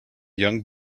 young